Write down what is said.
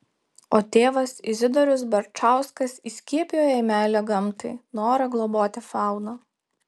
o tėvas izidorius barčauskas įskiepijo jai meilę gamtai norą globoti fauną